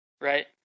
right